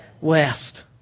west